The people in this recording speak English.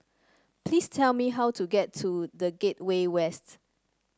please tell me how to get to The Gateway West